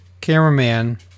cameraman